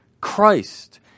Christ